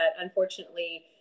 unfortunately